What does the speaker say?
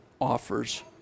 offers